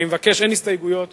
אני מבקש, אין הסתייגויות